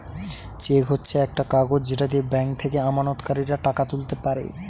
check হচ্ছে একটা কাগজ যেটা দিয়ে ব্যাংক থেকে আমানতকারীরা টাকা তুলতে পারে